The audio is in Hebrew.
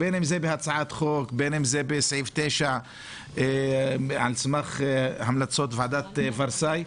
בין אם בהצעת חוק ובין אם בסעיף 9 על סמך המלצות ועדת ורסאי,